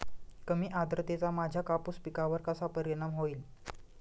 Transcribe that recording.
कमी आर्द्रतेचा माझ्या कापूस पिकावर कसा परिणाम होईल?